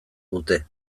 dute